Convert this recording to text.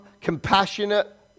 compassionate